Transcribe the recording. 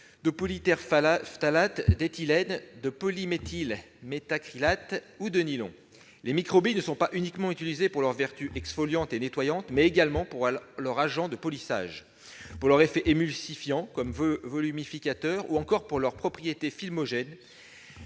de polytéréphtalate d'éthylène, de polyméthylméthacrylate ou de nylon. Les microbilles ne sont pas uniquement utilisées pour leurs vertus exfoliantes et nettoyantes, mais également pour en tant qu'agent de polissage, pour leurs effets émulsifiants comme volumificateurs, pour leurs propriétés filmogènes